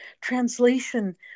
translation